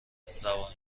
زبان